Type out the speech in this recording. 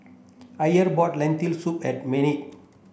Iver brought Lentil soup at Maynard